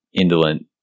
indolent